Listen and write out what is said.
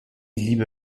liebe